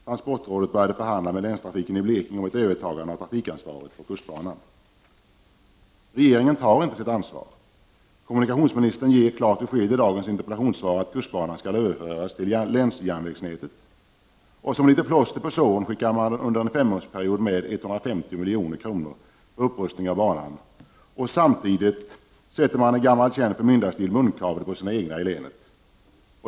Transportrådet började förhandla med länstrafiken i Blekinge om ett övertagande av trafikansvaret på kustbanan. Regeringen tar inte sitt ansvar. Kommunikationsministern ger i dagens interpellationssvar klart besked om att kustbanan skall överföras till länsjärnvägsnätet. Som litet plåster på såren skickar man under en femårsperiod med 150 miljoner för upprustning av banan, och samtidigt sätter man i gammal känd förmyndarstil munkavle på sina egna i länet.